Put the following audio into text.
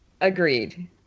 agreed